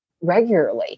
regularly